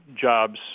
jobs